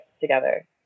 together